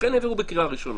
ואכן העבירו בקריאה ראשונה.